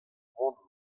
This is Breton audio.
boan